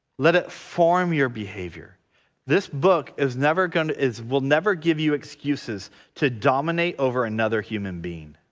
let it form your behavior this book is never going to is will never give you excuses to dominate over another human being.